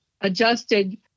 adjusted